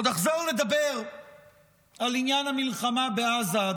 עוד אחזור לדבר על עניין המלחמה בעזה,